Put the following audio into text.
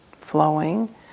flowing